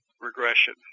regression